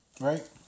right